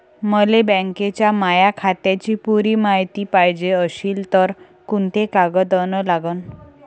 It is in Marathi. मले बँकेच्या माया खात्याची पुरी मायती पायजे अशील तर कुंते कागद अन लागन?